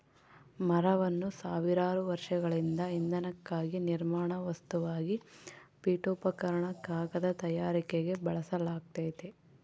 ಮರವನ್ನು ಸಾವಿರಾರು ವರ್ಷಗಳಿಂದ ಇಂಧನಕ್ಕಾಗಿ ನಿರ್ಮಾಣ ವಸ್ತುವಾಗಿ ಪೀಠೋಪಕರಣ ಕಾಗದ ತಯಾರಿಕೆಗೆ ಬಳಸಲಾಗ್ತತೆ